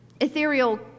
ethereal